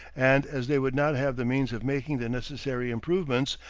and as they would not have the means of making the necessary improvements,